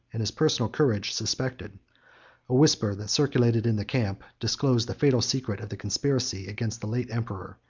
and his personal courage suspected a whisper that circulated in the camp, disclosed the fatal secret of the conspiracy against the late emperor,